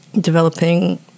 developing